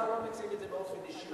השר לא מציג את זה באופן אישי,